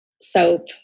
soap